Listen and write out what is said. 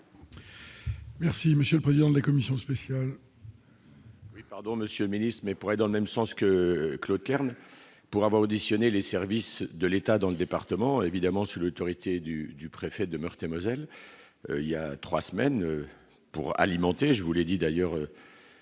Merci monsieur le président de la commission spéciale.